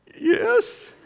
yes